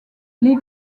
les